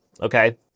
Okay